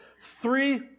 Three